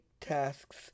tasks